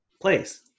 place